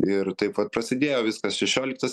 ir taip vat prasidėjo viskas šešioliktas